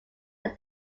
than